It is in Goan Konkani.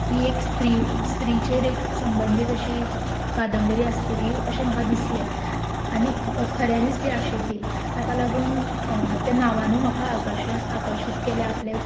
ही एक स्त्री स्त्रीचेर एक संबंदीत अशी कादंबरी आसतली अशें म्हाका दिसलें आनी खऱ्यांनीच ती आशिल्ली ताका लागून त्या नांवानूय म्हाका आकर्शीत केलें आपले